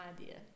idea